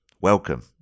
Welcome